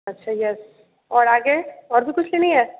अच्छा येस और आगे और भी कुछ लेनी है